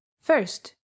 First